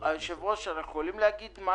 פונה מכאן לרשות